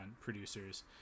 producers